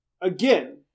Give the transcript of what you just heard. again